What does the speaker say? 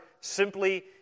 simply